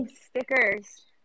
stickers